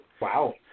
Wow